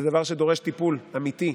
זה דבר שדורש טיפול אמיתי.